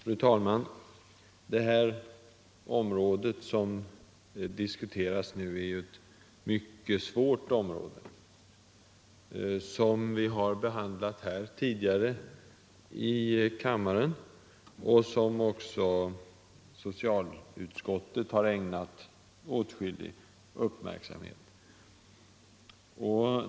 Fru talman! Vi diskuterar nu ett mycket svårt område, som vi har behandlat tidigare här i kammaren och som också socialutskottet har ägnat åtskillig uppmärksamhet.